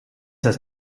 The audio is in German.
das